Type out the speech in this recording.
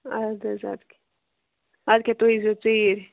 اَدٕ حظ اَدٕ کیٛاہ اَدٕ کیٛاہ تُہۍ یِیٖزیٚو ژِیٖرۍ